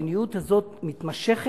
והמדיניות הזאת מתמשכת.